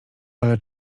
ale